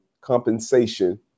compensation